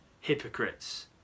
hypocrites